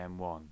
M1